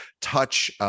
touch